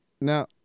Now